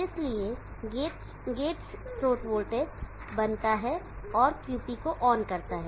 इसलिए गेट स्रोत वोल्टेज बंता है और QP को ऑन करता है